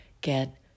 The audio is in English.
get